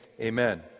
amen